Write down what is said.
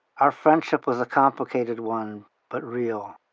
our friendship was a complicated one, but real,